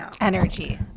energy